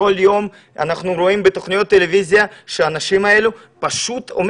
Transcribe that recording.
כל יום אנחנו רואים בתוכניות הטלוויזיה שהאנשים האלה הם